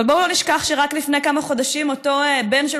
בואו לא נשכח שרק לפני כמה חודשים אותו בן של